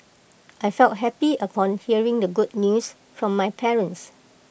I felt happy upon hearing the good news from my parents